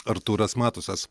artūras matusas